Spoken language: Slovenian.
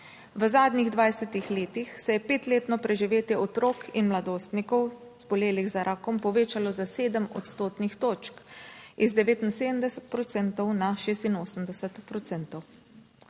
V zadnjih 20 letih se je petletno preživetje otrok in mladostnikov, zbolelih za rakom, povečalo za sedem odstotnih točk: iz 79